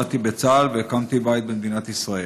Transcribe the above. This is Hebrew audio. שירתי בצה"ל והקמתי בית במדינת ישראל.